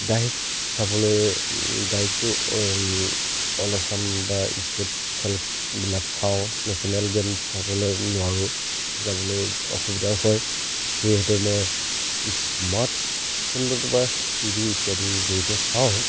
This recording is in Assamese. ডাইৰেক্ট চাবলৈ ডাইৰেক্টতো অল আচাম বা ষ্টেট খেলবিলাক চাওঁ নেশ্যনেল গেম চাবলৈ নোৱাৰোঁ যাবলৈ অসুবিধাও হয় সেয়েহেতু মই স্মাৰ্ট ফোনটোত বা টি ভি ইত্যাদিৰ জৰিয়তে চাওঁ